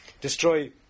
destroy